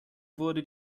wurde